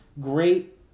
great